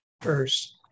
first